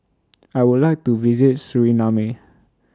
I Would like to visit Suriname